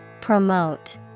promote